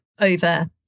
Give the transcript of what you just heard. over